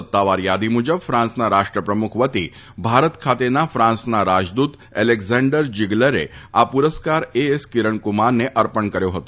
સત્તાવાર યાદી મુજબ ફાન્સના રાષ્ટ્રપ્રમુખ વતી ભારત ખાતેના ફાન્સના રાજદ્રત એલેકઝાન્ડર જીગલરે આ પુરસ્કાર એ એસ કિરણ કુમારને અર્પણ કર્યો હતો